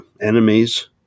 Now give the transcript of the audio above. enemies